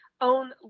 own